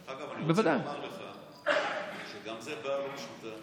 דרך אגב, אני רוצה לומר לך שגם זאת בעיה לא פשוטה.